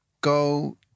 go